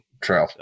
True